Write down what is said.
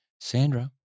Sandra